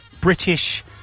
British